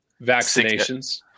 Vaccinations